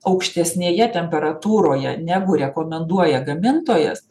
aukštesnėje temperatūroje negu rekomenduoja gamintojas